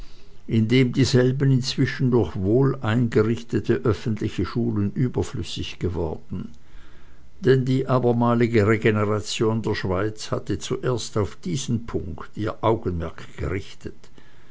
indem dieselben inzwischen durch wohleingerichtete öffentliche schulen überflüssig geworden denn die abermalige regeneration der schweiz hatte zuerst auf diesen punkt ihr augenmerk gerichtet